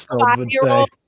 five-year-old